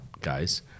guys